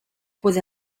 puede